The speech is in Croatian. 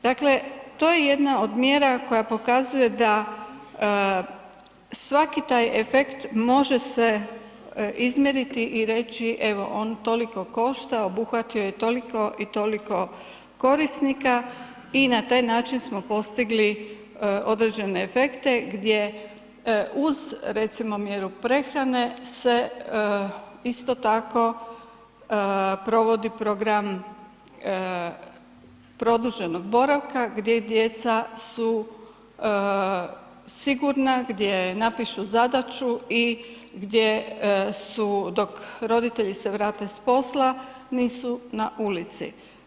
Dakle, to je jedna od mjera koja pokazuje da svaki taj efekt može se izmjeriti i reći evo on toliko košta, obuhvatio je toliko i toliko korisnika i na taj način smo postigli određene efekte gdje uz recimo mjeru prehrane se isto tako provodi program produženog boravka gdje djeca su sigurna, gdje napišu zadaću i gdje su dok roditelji se vrate s posla nisu na ulici.